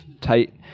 tight